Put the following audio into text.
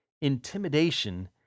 intimidation